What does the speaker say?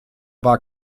war